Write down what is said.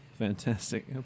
Fantastic